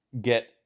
get